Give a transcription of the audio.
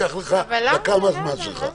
לא אקח לך דקה מהזמן שלך.